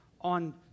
on